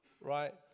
right